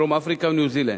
דרום-אפריקה וניו-זילנד.